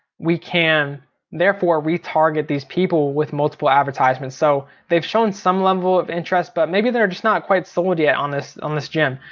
we can therefore retarget these people with multiple advertisements. so they've shown some level of interest, but maybe they're just not quite sold yet on this on this gym.